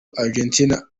argentina